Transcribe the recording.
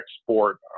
export